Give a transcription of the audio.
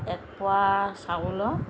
এপোৱা চাউলৰ